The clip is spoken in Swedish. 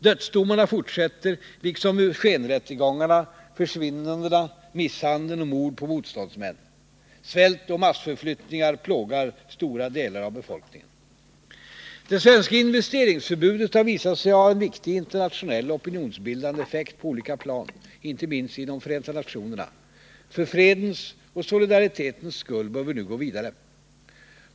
Dödsdomarna fortsätter, liksom skenrättegångarna, försvinnandena, misshandeln och morden på motståndsmän. Svält och massförflyttningar plågar stora delar av befolkningen. Det svenska investeringsförbudet har visat sig ha en viktig internationell opinionsbildande effekt på olika plan, inte minst inom Förenta nationerna. För fredens och solidaritetens skull bör vi nu gå vidare.